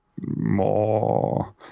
more